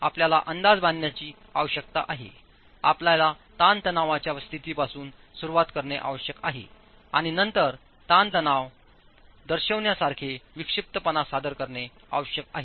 आपल्याला अंदाज बांधण्याची आवश्यकता आहे आपल्याला ताणतणावाच्या स्थितीपासून सुरुवात करणे आवश्यक आहे आणिनंतरताणतणाव क्लास दर्शविण्यासारखेविक्षिप्तपणा सादरकरणे आवश्यक आहे